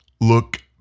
look